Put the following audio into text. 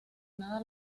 nada